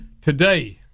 Today